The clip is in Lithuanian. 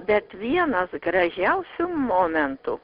bet vienas gražiausių momentų